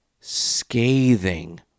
scathing